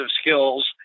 skills